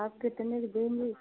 और कितने के देंगे